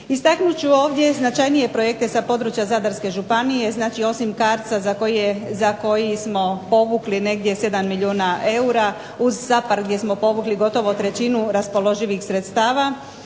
Istaknut ću ovdje značajnije projekte sa područja Zadarske županije. Znači osim CARDS-a za koji smo povukli negdje 7 milijuna eura uz SAPARD gdje smo povukli gotovo trećinu raspoloživih sredstava